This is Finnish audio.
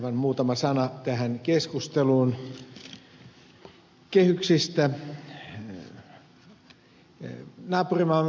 aivan muutama sana tähän keskusteluun kehyksistä